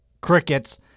crickets